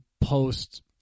post